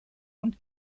und